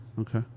Okay